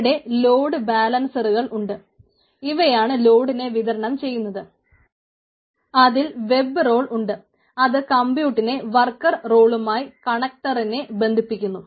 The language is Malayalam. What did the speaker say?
ഇവിടെ ലോഡ് ബാലൻസറുകൾ ബന്ധിപ്പിക്കുന്നു